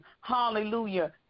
Hallelujah